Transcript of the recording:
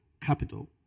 capital